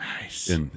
Nice